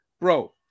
Bro